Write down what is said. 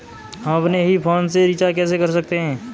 हम अपने ही फोन से रिचार्ज कैसे कर सकते हैं?